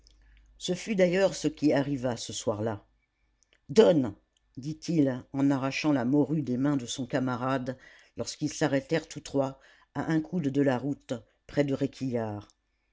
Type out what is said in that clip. ce fut d'ailleurs ce qui arriva ce soir-là donne dit-il en arrachant la morue des mains de son camarade lorsqu'ils s'arrêtèrent tous trois à un coude de la route près de